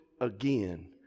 again